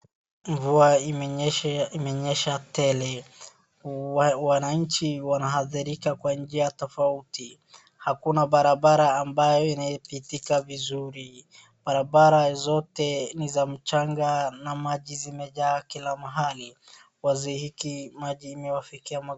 Mvua imenyesha tele. wananchi wanaathirika kwa njia tofauti. Hakuna barabara ambayo inapitika vizuri. Barabara zote ni za mchanga na maji yamejaa kila mahali.